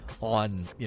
on